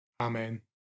Amen